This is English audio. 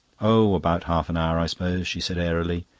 oh, about half an hour, i suppose, she said airily.